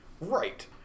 Right